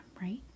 right